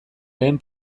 lehen